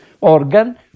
organ